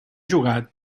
jugar